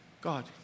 God